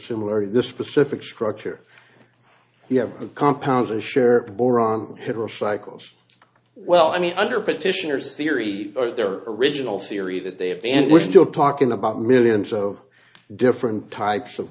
similar to this specific structure you have a compound to share boron her cycles well i mean under petitioner's theory or their original theory that they have and we're still talking about millions of different types of